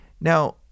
Now